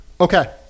Okay